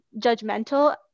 judgmental